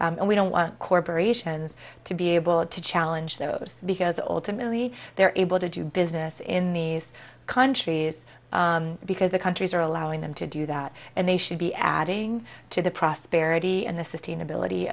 and we don't want corporations to be able to challenge those because ultimately they're able to do business in these countries because the countries are allowing them to do that and they should be adding to the prosperity and the sustainability